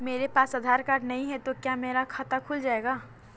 मेरे पास आधार कार्ड नहीं है क्या मेरा खाता खुल जाएगा?